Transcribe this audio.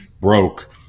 broke